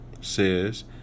says